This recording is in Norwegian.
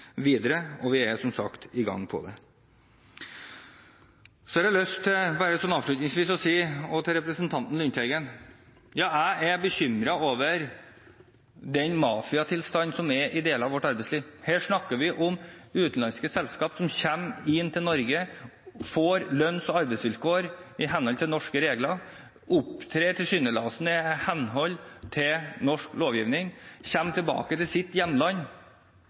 Vi er som sagt i gang med det. Avslutningsvis har jeg lyst til å si til representanten Lundteigen: Ja, jeg er bekymret for den mafiatilstanden som er i deler av vårt arbeidsliv. Her snakker vi om utenlandske selskaper som kommer til Norge, får lønns- og arbeidsvilkår i henhold til norske regler, opptrer tilsynelatende i henhold til norsk lovgivning, kommer tilbake til sitt hjemland,